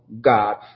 God